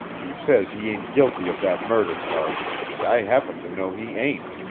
he says he ain't guilty of that murder charge, and i happen to know he ain't,